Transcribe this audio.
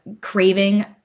craving